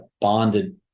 bonded